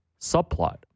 subplot